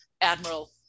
Admiral